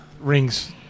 rings